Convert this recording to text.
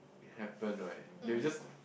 happen right they will just